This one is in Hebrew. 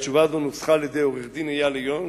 התשובה הזאת נוסחה על-ידי עורך-הדין איל ינון,